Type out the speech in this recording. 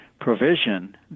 provision